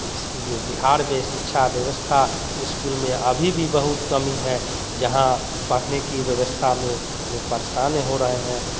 तो इसके लिए बिहार में शिक्षा व्यवस्था स्कूल में अभी भी बहुत कमी है जहाँ पढ़ने की व्यवस्था में में परेशान हो रहे हैं